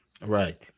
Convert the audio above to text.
Right